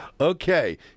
okay